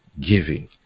giving